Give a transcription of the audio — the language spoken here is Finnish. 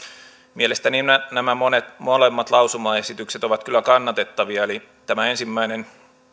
mielestäni nämä molemmat lausumaesitykset ovat kyllä kannatettavia eli tämä ensimmäinen